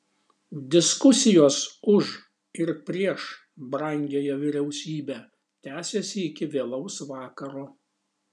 diskusijos už ir prieš brangiąją vyriausybę tęsėsi iki vėlaus vakaro